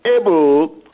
able